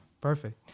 perfect